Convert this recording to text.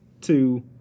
two